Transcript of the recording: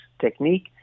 technique